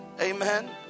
Amen